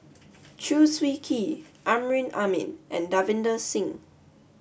Chew Swee Kee Amrin Amin and Davinder Singh